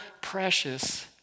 precious